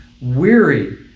weary